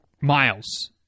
miles